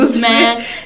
man